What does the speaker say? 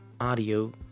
audio